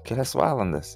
kelias valandas